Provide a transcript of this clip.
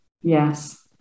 yes